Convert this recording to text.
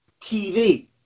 TV